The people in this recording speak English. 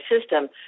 system